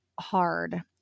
hard